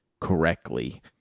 correctly